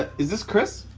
is this chris?